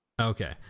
Okay